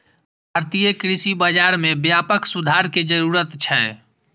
भारतीय कृषि बाजार मे व्यापक सुधार के जरूरत छै